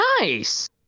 Nice